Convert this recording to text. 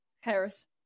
Harris